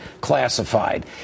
classified